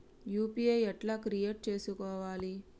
UPI ఎట్లా create చేసుకోవాలి?